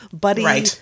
buddy